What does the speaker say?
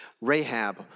Rahab